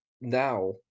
now